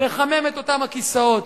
לחמם את אותם הכיסאות.